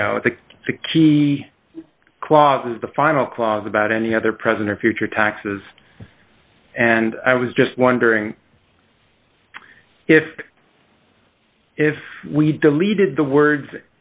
you know i think the key clause is the final clause about any other president future taxes and i was just wondering if if we deleted the words